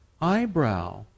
eyebrow